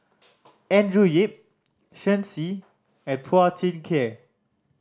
Andrew Yip Shen Xi and Phua Thin Kiay